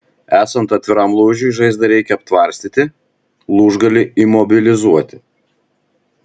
esant atviram lūžiui žaizdą reikia aptvarstyti lūžgalį imobilizuoti